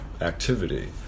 activity